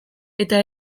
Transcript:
eta